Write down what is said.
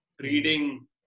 Reading